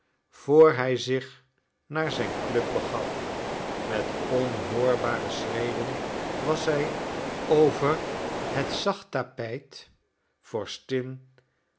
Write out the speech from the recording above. vr hij zich naar zijn club begaf met onhoorbare schreden was hij over het zacht tapijt